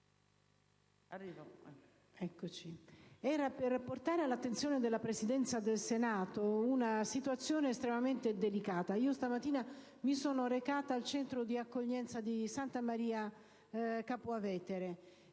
per portare all'attenzione della Presidenza del Senato una situazione estremamente delicata. Questa mattina mi sono recata al centro di accoglienza di Santa Maria Capua Vetere,